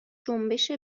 جنبش